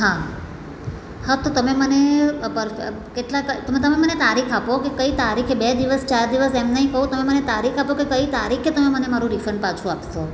હા હા તો તમે મને તમે મને તારીખ આપો કે કઈ તારીખે બે દિવસ ચાર દિવસ એમ નહીં કહું તમે મને તારીખ આપો કે કઈ તારીખે તમે મને મારું રિફંડ પાછું આપશો